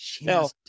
Now